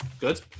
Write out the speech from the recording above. good